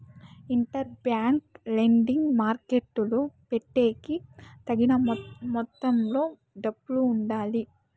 inter bank lending మార్కెట్టులో పెట్టేకి తగిన మొత్తంలో డబ్బులు ఉండాలి